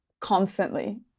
constantly